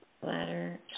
Bladder